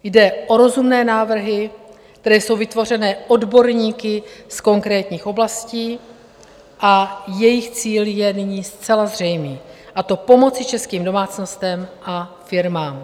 Jde o rozumné návrhy, které jsou vytvořené odborníky z konkrétních oblastí a jejich cíl je nyní zcela zřejmý, a to pomoci českým domácnostem a firmám.